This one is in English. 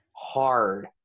Hard